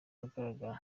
ahagaragara